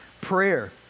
Prayer